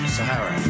Sahara